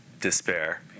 despair